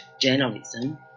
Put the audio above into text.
journalism